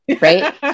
right